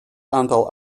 aantal